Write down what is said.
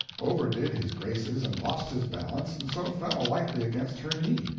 overdid his graces and lost his balance, and so fell lightly against her knee.